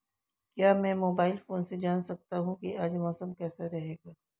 क्या मैं mobile phone से जान सकता हूँ कि आज मौसम कैसा रहेगा?